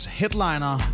headliner